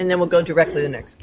and then we'll go directly to next